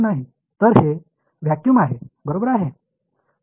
அதாவது உண்மையில் எந்த பொருளும் இல்லை